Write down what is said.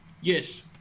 Yes